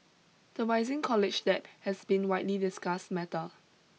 the rising college debt has been widely discussed matter